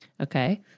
Okay